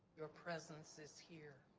your presence is here.